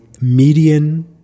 median